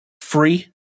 free